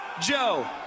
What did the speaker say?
Joe